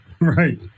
right